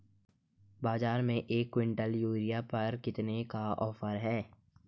बाज़ार में एक किवंटल यूरिया पर कितने का ऑफ़र है?